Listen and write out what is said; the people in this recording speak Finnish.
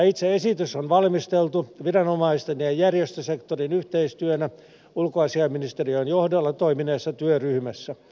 itse esitys on valmisteltu viranomaisten ja järjestösektorin yhteistyönä ulkoasiainministeriön johdolla toimineessa työryhmässä